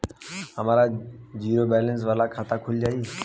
हमार zero balance वाला खाता खुल जाई?